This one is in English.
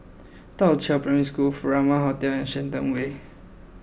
Da Qiao Primary School Furama Hotel and Shenton Way